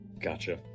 gotcha